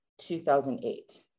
2008